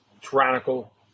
tyrannical